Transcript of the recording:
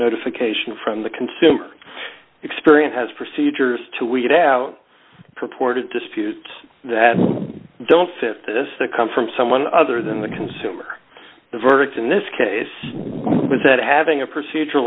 notification from the consumer experience has procedures to weed out purported disputes that don't fit this that come from someone other than the consumer the verdict in this case was that having a procedure